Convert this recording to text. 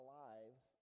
lives